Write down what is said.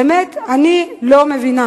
האמת, אני לא מבינה